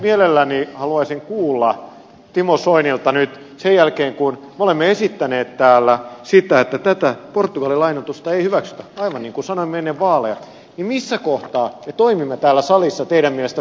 mielelläni haluaisin kuulla timo soinilta nyt sen jälkeen kun me olemme esittäneet täällä sitä että tätä portugalin lainoitusta ei hyväksytä aivan niin kuin sanoimme ennen vaaleja että missä kohtaa me toimimme täällä salissa teidän mielestänne väärin